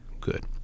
good